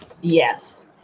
Yes